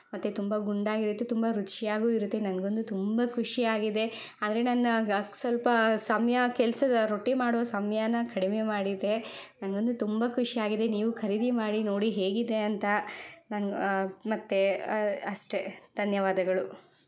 ಮತ್ತು ತುಂಬ ಗುಂಡಾಗಿರತ್ತೆ ತುಂಬ ರುಚಿಯಾಗೂ ಇರುತ್ತೆ ನನಗಂತೂ ತುಂಬ ಖುಷಿಯಾಗಿದೆ ಆದರೆ ನನ್ನ ಸ್ವಲ್ಪ ಸಮಯ ಕೆಲಸದ ರೊಟ್ಟಿ ಮಾಡೋ ಸಮಯನ ಕಡಿಮೆ ಮಾಡಿದೆ ನನಗಂತೂ ತುಂಬ ಖುಷಿಯಾಗಿದೆ ನೀವು ಖರೀದಿ ಮಾಡಿ ನೋಡಿ ಹೇಗಿದೆ ಅಂತ ನನ್ನ ಮತ್ತೆ ಅಷ್ಟೆ ಧನ್ಯವಾದಗಳು